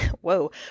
whoa